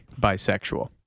bisexual